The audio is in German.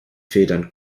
federn